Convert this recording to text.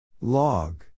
Log